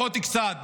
קצת פחות,